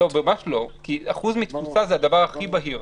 ממש לא, כי אחוז מתפוסה זה הדבר הכי בהיר.